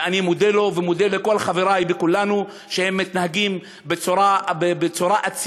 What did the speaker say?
ואני מודה לו ומודה לכל חברי בכולנו שמתנהגים בצורה אצילה,